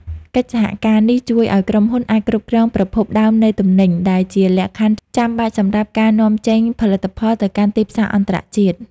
កិច្ចសហការនេះជួយឱ្យក្រុមហ៊ុនអាចគ្រប់គ្រងប្រភពដើមនៃទំនិញ ដែលជាលក្ខខណ្ឌចាំបាច់សម្រាប់ការនាំចេញផលិតផលទៅកាន់ទីផ្សារអន្តរជាតិ។